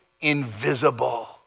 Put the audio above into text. invisible